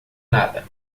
nada